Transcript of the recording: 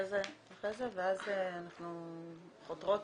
אחרי זה אנחנו חותרות